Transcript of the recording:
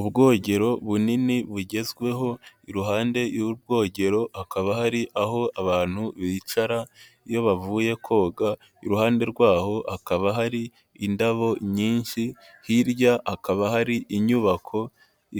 Ubwogero bunini bugezweho, iruhande y'ubwogero hakaba hari aho abantu bicara iyo bavuye koga, iruhande rwaho hakaba hari indabo nyinshi, hirya hakaba hari inyubako